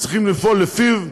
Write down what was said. צריכים לפעול לפיו,